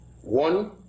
one